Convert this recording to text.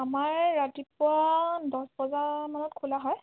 আমাৰ ৰাতিপুৱা দহ বজা মানত খোলা হয়